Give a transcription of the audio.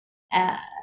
uh